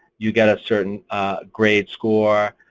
you get a certain grade score.